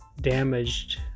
damaged